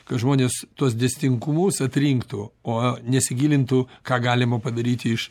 kad žmonės tuos dėsningumus atrinktų o nesigilintų ką galima padaryti iš